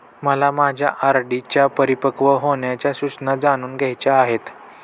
मला माझ्या आर.डी च्या परिपक्व होण्याच्या सूचना जाणून घ्यायच्या आहेत